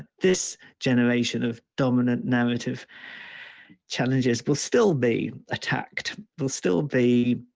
this generation of dominant narrative challenges will still be attacked. they'll still be